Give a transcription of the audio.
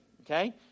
Okay